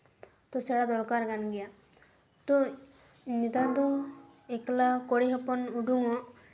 ᱥᱮᱬᱟ ᱫᱚᱨᱠᱟᱨ ᱠᱟᱱ ᱜᱮᱭᱟ ᱛᱚ ᱱᱮᱛᱟᱨ ᱫᱚ ᱮᱠᱞᱟ ᱠᱩᱲᱤ ᱦᱚᱯᱚᱱ ᱩᱰᱩᱝᱚᱜ